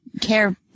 care